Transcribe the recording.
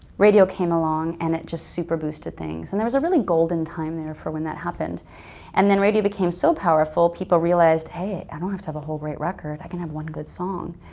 radio came along and it just super boosted things. and there's a golden time there for when that happened and then radio became so powerful people realized, hey, i don't have to have a whole great record. i can have one good song,